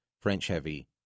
French-heavy